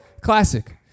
Classic